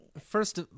first